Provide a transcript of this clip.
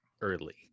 early